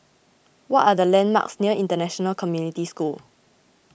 what are the landmarks near International Community School